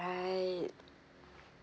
right